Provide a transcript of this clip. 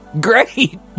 Great